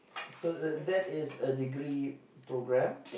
so the that is a degree program